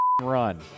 run